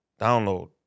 download